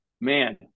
man